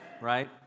right